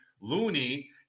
Looney